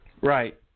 Right